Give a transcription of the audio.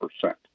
percent